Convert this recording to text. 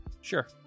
Sure